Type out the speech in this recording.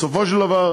בסופו של דבר,